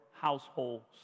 households